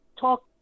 talk